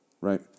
right